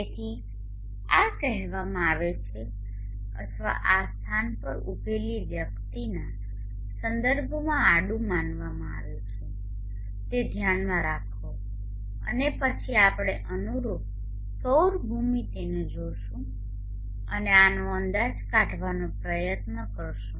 તેથી આ કહેવામાં આવે છે અથવા આ સ્થાન પર ઉભેલી વ્યક્તિના સંદર્ભમાં આડું માનવામાં આવે છે તે ધ્યાનમાં રાખો અને પછી આપણે અનુરૂપ સૌર ભૂમિતિને જોશું અને આનો અંદાજ કાઢવાનો પ્રયત્ન કરીશું